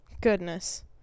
Goodness